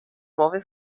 nuove